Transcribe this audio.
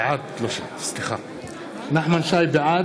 (קורא בשמות חברי הכנסת) נחמן שי, בעד